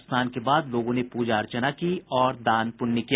स्नान के बाद लोगों ने पूजा अर्चना की और दान पुण्य किया